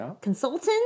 consultant